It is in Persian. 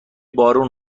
بارون